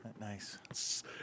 Nice